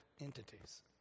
entities